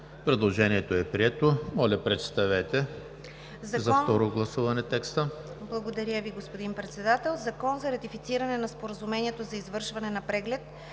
Предложението е прието. Моля, представете за второ гласуване.